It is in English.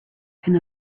can